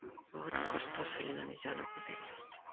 बहुद खस्थ' सोलिनानै जानांगौ जायो